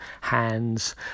hands